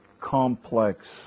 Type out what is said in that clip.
complex